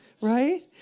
Right